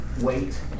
wait